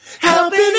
helping